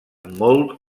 molt